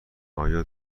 آیا